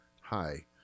hi